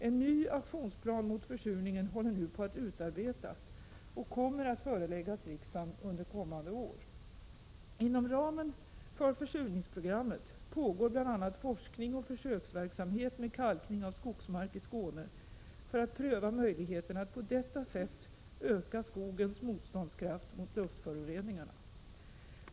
En ny aktionsplan mot försurningen håller nu på att utarbetas och kommer att föreläggas riksdagen under kommande år. Inom ramen för försurningsprogrammet pågår bl.a. forskning och försöksverksamhet med kalkning av skogsmark i Skåne för att pröva möjligheterna att på detta sätt öka skogens motståndskraft mot luftföroreningarna.